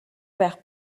байх